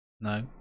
no